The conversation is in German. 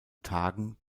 tagen